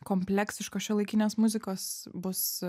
kompleksiškos šiuolaikinės muzikos bus